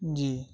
جی